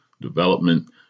development